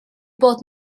bod